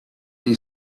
they